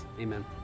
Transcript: Amen